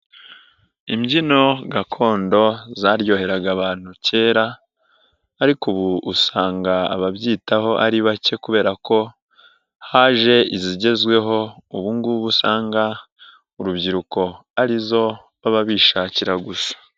Imbyino gakondo zaryoheraga abantu kera ariko ubu usanga ababyitaho ari bake kubera ko haje izigezweho ubu ngubu usanga urubyiruko arizo baba bishakira gusa.